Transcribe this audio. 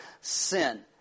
sin